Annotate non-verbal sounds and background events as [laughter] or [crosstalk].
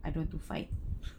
I don't want to fight [laughs]